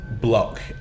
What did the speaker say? block